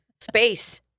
space